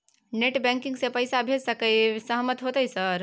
Net banking से पैसा भेज सके सामत होते सर?